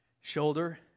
shoulder